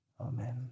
amen